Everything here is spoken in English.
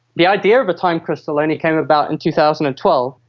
the idea of a time crystal only came about in two thousand and twelve,